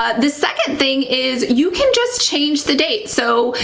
ah the second thing is, you can just change the date. so,